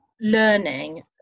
learning